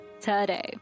today